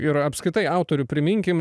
ir apskritai autorių priminkim